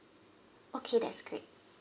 okay that's great